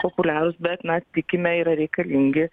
populiarūs bet mes tikime yra reikalingi